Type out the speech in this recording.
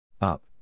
Up